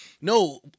No